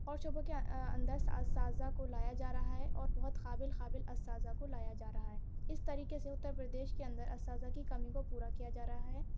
اور شعبوں کے اندر اساتذہ کو لایا جا رہا ہے اور بہت قابل قابل اساتذہ کو لایا جا رہا ہے اس طریقے سے اترپردیش کے اندر اساتذہ کی کمی کو پورا کیا جارہا ہے